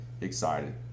excited